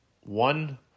one